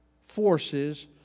forces